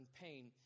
pain